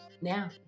now